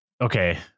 Okay